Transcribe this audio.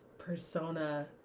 Persona